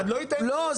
לא,